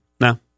No